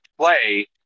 play